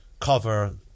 cover